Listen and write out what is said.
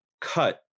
cut